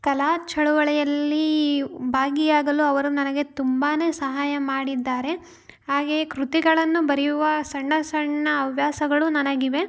ಕಲಾ ಚಳುವಳಿಯಲ್ಲಿ ಭಾಗಿಯಾಗಲು ಅವರು ನನಗೆ ತುಂಬ ಸಹಾಯ ಮಾಡಿದ್ದಾರೆ ಹಾಗೇ ಕೃತಿಗಳನ್ನು ಬರೆಯುವ ಸಣ್ಣ ಸಣ್ಣ ಹವ್ಯಾಸಗಳು ನನಗಿವೆ